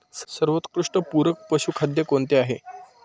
सर्वोत्कृष्ट पूरक पशुखाद्य कोणते आहे?